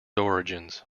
origins